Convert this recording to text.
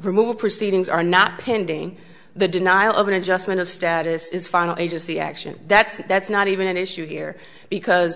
removed proceedings are not pending the denial of an adjustment of status is final agency action that's that's not even an issue here because